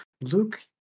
Luke